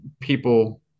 people